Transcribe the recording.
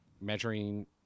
measuring